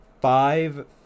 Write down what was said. five